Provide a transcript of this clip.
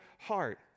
heart